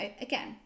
again